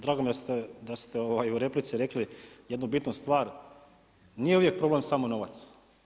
Drago mi je da ste u replici jednu bitnu stvar, nije uvijek problem samo novac.